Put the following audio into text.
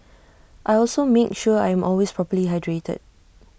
I also make sure I am always properly hydrated